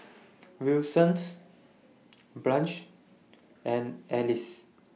Wilson Branch and Alys